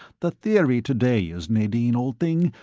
the theory today is, nadine, old thing,